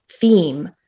theme